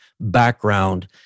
background